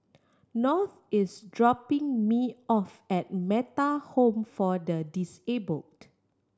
North is dropping me off at Metta Home for the Disabled